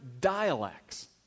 dialects